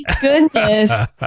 goodness